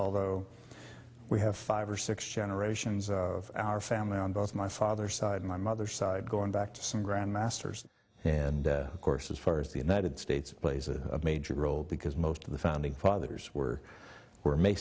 although we have five or six generations of our family on both my father's side my mother's side going back to some grand masters and of course as far as the united states plays a major role because most of the founding fathers were were ma